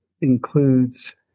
includes